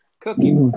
cookie